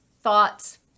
thoughts